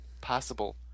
possible